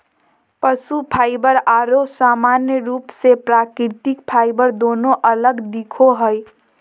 पशु फाइबर आरो सामान्य रूप से प्राकृतिक फाइबर दोनों अलग दिखो हइ